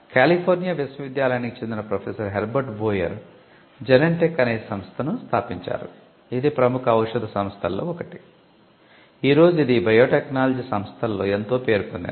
California విశ్వవిద్యాలయానికి చెందిన professor Herbert Boyer Genentech అనే సంస్థను స్థాపించారు ఇది ప్రముఖ ఔషధ సంస్థలలో ఒకటి ఈ రోజు ఇది బయోటెక్నాలజీ సంస్థలలో ఎంతో పేరు పొందింది